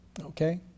Okay